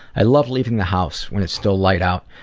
i love leaving the house when it's still light out.